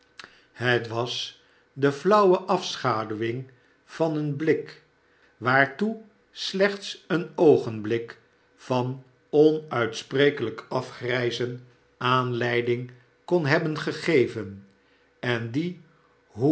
het was de flauwe afschaduwing van een blik waartoe slechts een oogenblik van onuitsprekelijk afgrijzen aanleiding kon hebben gegeven en die hoe